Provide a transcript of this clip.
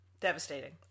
Devastating